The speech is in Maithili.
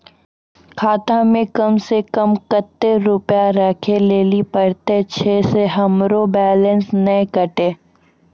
खाता मे कम सें कम कत्ते रुपैया राखै लेली परतै, छै सें हमरो बैलेंस नैन कतो?